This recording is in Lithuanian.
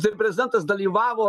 tai ir prezidentas dalyvavo